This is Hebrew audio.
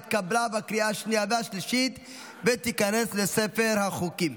התקבלה בקריאה השנייה והשלישית ותיכנס לספר החוקים.